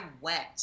went